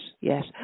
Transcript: yes